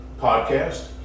Podcast